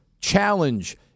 challenge